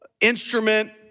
instrument